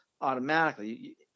automatically